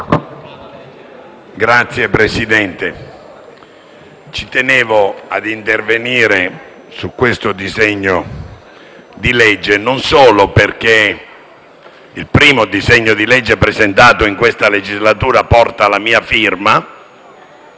Signor Presidente, ci tenevo a intervenire sul testo in discussione non solo perché il primo disegno di legge presentato in questa legislatura porta la mia firma